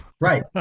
Right